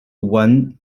one